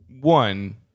One